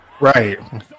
Right